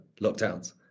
lockdowns